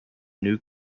new